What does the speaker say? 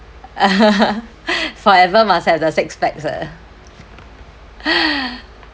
forever must have the six packs